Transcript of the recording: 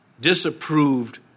disapproved